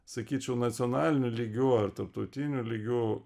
sakyčiau nacionaliniu lygiu ar tarptautiniu lygiu